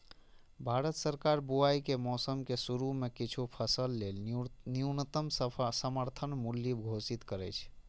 भारत सरकार बुआइ के मौसम के शुरू मे किछु फसल लेल न्यूनतम समर्थन मूल्य घोषित करै छै